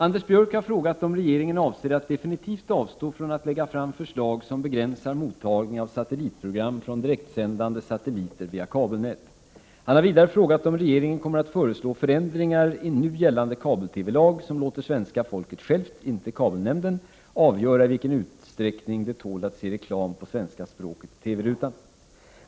Anders Björck har frågat om regeringen avser att definitivt avstå från att lägga fram förslag som begränsar mottagning av satellitprogram från direktsändande satelliter via kabelnät. Han har vidare frågat om regeringen kommer att föreslå förändringar i nu gällande kabel-TV-lag som låter svenska folket självt — och inte kabelnämnden — avgöra i vilken utsträckning det tål att se reklam på svenska språket i TV-rutan.